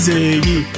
Ziggy